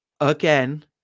again